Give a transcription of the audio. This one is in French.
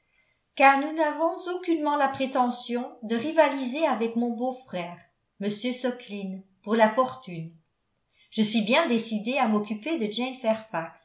car nous n'avons aucunement la prétention de rivaliser avec mon beau-frère m suckling pour la fortune je suis bien décidée à m'occuper de